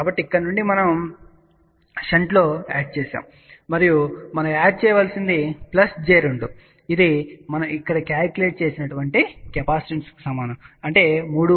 కాబట్టి ఇక్కడ నుండి మనం షంట్లో యాడ్ చేసాము మరియు మనం యాడ్ చేయవలసినది j 2 ఇది మనం ఇక్కడ క్యాలిక్యులేట్ చేసిన కెపాసిటెన్స్కు సమానం అంటే 3